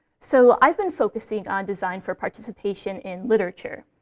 so i've been focusing on design for participation in literature,